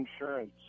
insurance